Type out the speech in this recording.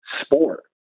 sport